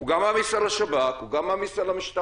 הוא גם מעמיס על השב"כ, הוא גם מעמיס על המשטרה.